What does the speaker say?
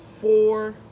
four